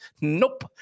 Nope